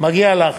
מגיע לך.